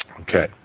Okay